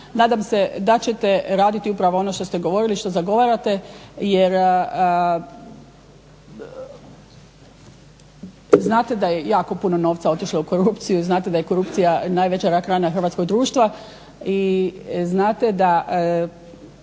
riječima, da ćete raditi upravo ono što ste govorili, što zagovarate jer znate da je jako puno novca otišlo u korupciju, znate da je korupcija najveća rak rana Hrvatskog društva, i znate da